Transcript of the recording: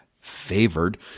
favored